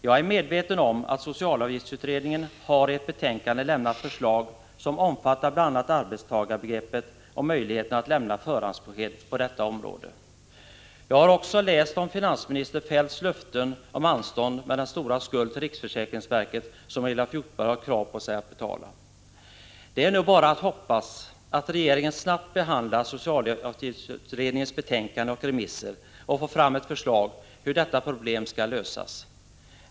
Jag är medveten om att socialavgiftsutredningen i ett betänkande har lämnat förslag som omfattar bl.a. arbetstagarbegreppet och möjligheterna att lämna förhandsbesked på detta område. Jag har också läst att finansminister Feldt lovat Elof Hjortberg anstånd med den stora skuld till riksförsäkringsverket som han har krav på sig att betala. Det är nu bara att hoppas att regeringen snabbt behandlar socialavgiftsutredningens betänkande och remisser och får fram ett förslag hur detta problem skall lösas.